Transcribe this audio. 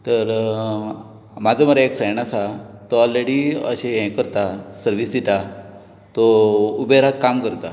तर अ म्हाजो मरे एक फ्रेंड आसा तो ऑलरेडी अशें हे करता सर्वीस दिता तो उबेराक काम करता